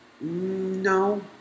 No